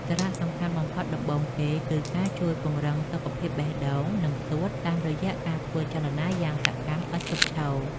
សារៈសំខាន់បំផុតដំបូងគេ គឺការជួយពង្រឹង សុខភាពបេះដូង និងសួត តាមរយៈការធ្វើចលនាយ៉ាងសកម្មឥតឈប់ឈរ។